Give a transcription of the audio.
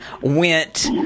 went